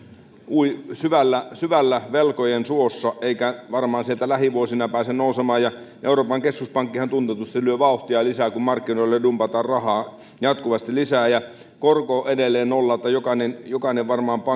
ui syvällä syvällä velkojen suossa eikä varmaan sieltä lähivuosina pääse nousemaan euroopan keskuspankkihan tunnetusti lyö vauhtia lisää kun markkinoille dumpataan rahaa jatkuvasti lisää ja korko on edelleen nolla varmaan jokainen